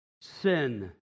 sin